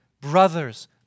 brothers